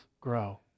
grow